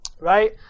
right